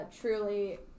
Truly